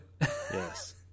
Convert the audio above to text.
Yes